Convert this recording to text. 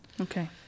Okay